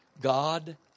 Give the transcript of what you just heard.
God